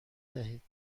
دهید